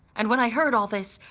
and when i heard all this,